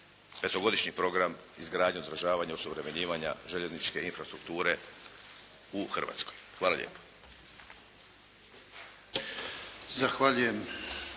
petogodišnji program izgradnje, održavanja, osuvremenjivanja željezničke infrastrukture u Hrvatskoj. Hvala lijepo.